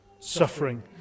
suffering